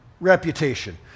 reputation